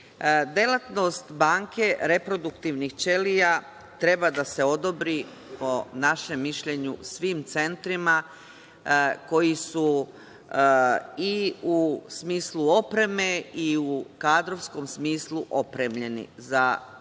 briše. Delatnost banke reproduktivnih ćelija treba da se odobri, po našem mišljenju, svim centrima koji su, i u smislu opreme, i u kadrovskom smislu, opremljeni za ovu vrstu